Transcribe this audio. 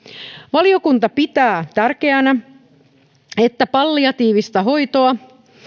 valiokunta pitää tärkeänä että palliatiivista hoitoa